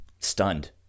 Stunned